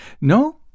No